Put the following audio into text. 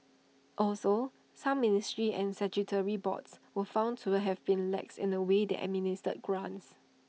also some ministries and statutory boards were found to have been lax in the way they administered grants